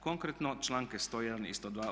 Konkretno članke 101. i 102.